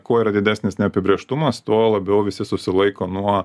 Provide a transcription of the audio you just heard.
kuo yra didesnis neapibrėžtumas tuo labiau visi susilaiko nuo